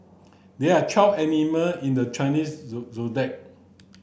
there are twelve animal in the Chinese